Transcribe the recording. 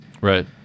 Right